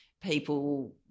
people